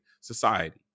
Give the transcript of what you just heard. society